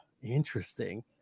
interesting